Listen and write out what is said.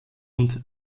und